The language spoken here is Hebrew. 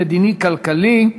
המדיני והכלכלי,